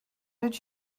did